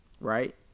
Right